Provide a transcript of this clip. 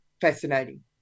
fascinating